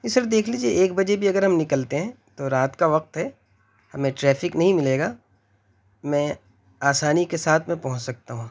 جی sir دیکھ لیجیے ایک بجے بھی اگر ہم نکلتے ہیں تو رات کا وقت ہے ہمیں ٹریفک نہیں ملے گا میں آسانی کے ساتھ میں پہنچ سکتا ہوں